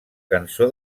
cançó